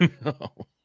No